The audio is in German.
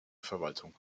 verwaltung